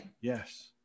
Yes